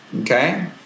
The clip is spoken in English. okay